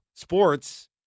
Sports